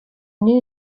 new